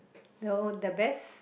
the the best